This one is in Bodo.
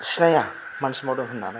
सिनाया मानसि मावदों होनानै